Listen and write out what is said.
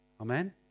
Amen